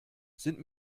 sind